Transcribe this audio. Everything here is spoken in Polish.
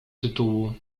tytułu